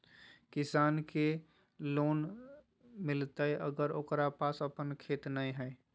किसान के लोन मिलताय अगर ओकरा पास अपन खेत नय है?